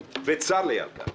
וצר לי על כך.